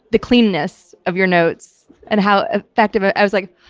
the cleanness of your notes and how effective, ah i was like,